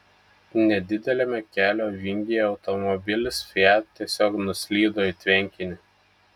nedideliame kelio vingyje automobilis fiat tiesiog nuslydo į tvenkinį